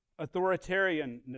authoritarianism